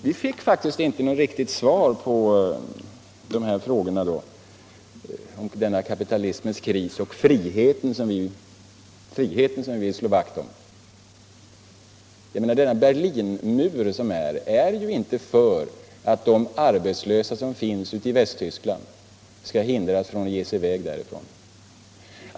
Vi fick faktiskt inte något riktigt svar på frågorna om kapitalismens kris och friheten, som vi vill slå vakt om. Berlinmuren är ju inte till för att de arbetslösa i Västtyskland skall hindras från att ge sig i väg därifrån.